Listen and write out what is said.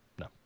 No